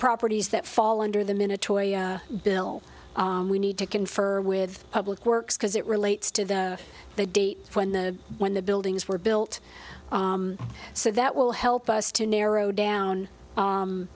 properties that fall under the minute bill we need to confer with public works because it relates to the the date when the when the buildings were built so that will help us to narrow down